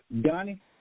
Donnie